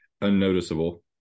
unnoticeable